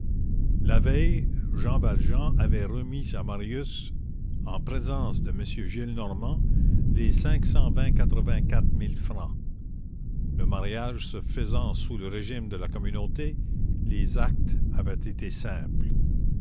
la veille jean valjean avait remis à marius en présence de m gillenormand les cinq cent quatre-vingt-quatre mille francs le mariage se faisant sous le régime de la communauté les actes avaient été simples